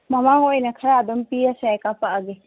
ꯃꯃꯥꯡ ꯑꯣꯏꯅ ꯈꯔ ꯑꯗꯨꯝ ꯄꯤꯔꯁꯨ ꯌꯥꯏ ꯀꯥꯄꯛꯑꯒꯦ